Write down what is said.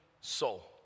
soul